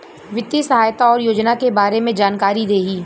वित्तीय सहायता और योजना के बारे में जानकारी देही?